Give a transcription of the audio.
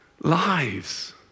lives